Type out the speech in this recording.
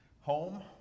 home